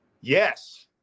Yes